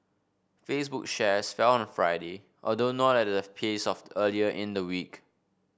Facebook shares fell on Friday although not at the pace of earlier in the week